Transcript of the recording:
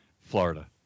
Florida